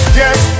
yes